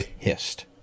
pissed